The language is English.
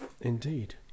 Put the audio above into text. indeed